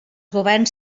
governs